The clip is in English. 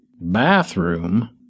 Bathroom